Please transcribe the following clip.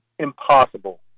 impossible